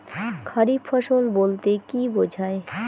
খারিফ ফসল বলতে কী বোঝায়?